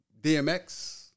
DMX